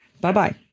Bye-bye